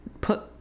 put